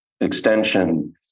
extension